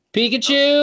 Pikachu